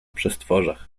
przestworach